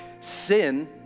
Sin